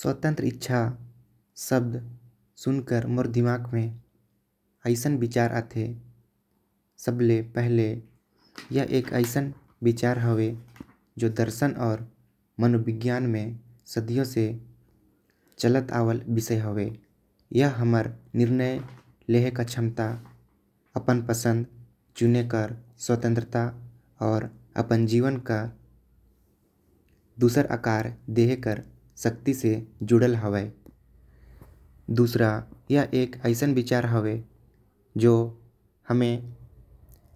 स्वतंत्र इच्छा से मोर दिमाग में ऐसा विचार आथे। सब ले पहले एक अइसन विचार हवे। जो दर्शन अउ मनोविज्ञान में सदियों पहले चलत आवला विषय हवे। यह हमर निर्णय लेहे के क्षमता अपन पसंद चुने कर स्वतंत्रता। और अपन जीवन कर दूसर आकर देह कर शक्ति से जुड़ल हवे। दूसरा यह ऐसा विचार हवे। जो हमें